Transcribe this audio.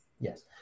Yes